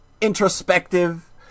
introspective